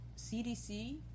CDC